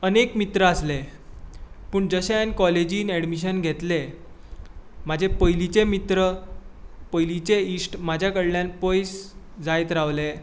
अनेक मित्र आसले पूण जशें हांयेन काॅलेजींत एडमीशन घेतलें म्हाजे पयलीचे मित्र पयलीचे इश्ट म्हाजे कडल्यान पयस जायत रावले